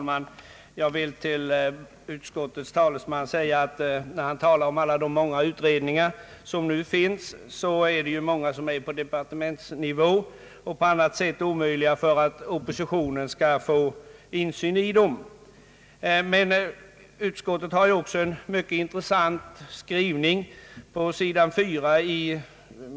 Herr talman! När utskottets talesman talar om alla de utredningar som nu finns, så förhåller det sig så att många av dem är på departementsnivå eller på andra sätt omöjliga för oppositionen att få insyn i. Men utskottet har också en mycket intressant skrivning på sid. 4 i sitt utlåtande.